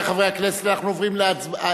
רבותי חברי הכנסת, אנחנו עוברים להצבעה.